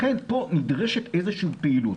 לכן נדרשת פה איזושהי פעילות.